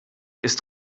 ist